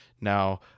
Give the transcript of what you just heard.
Now